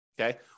Okay